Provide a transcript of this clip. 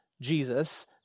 Jesus